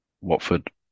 Watford